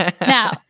Now